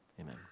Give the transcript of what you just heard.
Amen